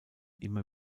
immer